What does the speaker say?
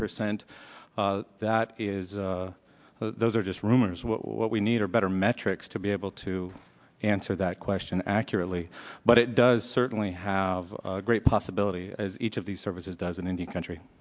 percent that is those are just rumors what we need are better metrics to be able to answer that question accurately but it does certainly have great possibility as each of these services doesn't in the country